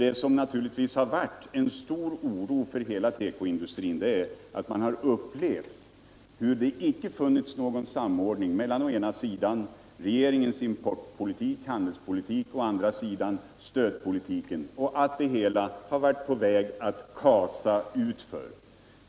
Det som naturligtvis har varit en stor oro för hela tekoindustrin är att man har upplevt hur det icke funnits någon samordning mellan å ena sidan regeringens handelspolitik och å andra sidan stödpolitiken, och att det hela har varit på väg att kasa utför.